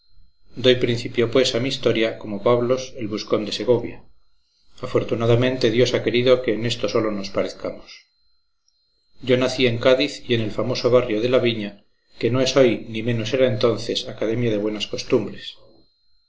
doy principio pues a mi historia como pablos el buscón de segovia afortunadamente dios ha querido que en esto sólo nos parezcamos yo nací en cádiz y en el famoso barrio de la viña que no es hoy ni menos era entonces academia de buenas costumbres